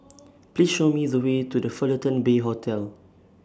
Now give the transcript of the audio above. Please Show Me The Way to The Fullerton Bay Hotel